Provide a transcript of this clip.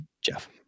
Jeff